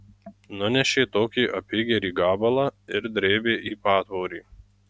nunešė tokį apygerį gabalą ir drėbė į patvorį